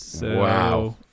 Wow